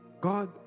God